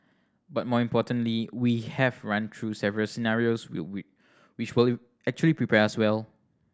but more importantly we have run through several scenarios which will actually prepare us well